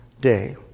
day